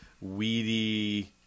weedy